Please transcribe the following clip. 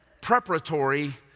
preparatory